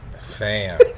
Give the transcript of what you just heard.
Fam